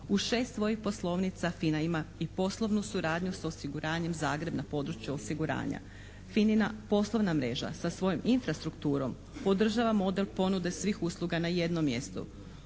U šest svojih poslovnica FINA ima i poslovnu suradnju s osiguranjem Zagreb na području osiguranja. FINA-na poslovna mreža sa svojom infrastrukturom podržava model ponude svih usluga na jednom mjestu.